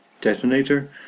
detonator